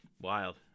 Wild